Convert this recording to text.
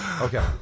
okay